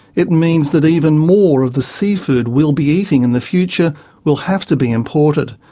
it means that even more of the seafood we'll be eating in the future will have to be imported.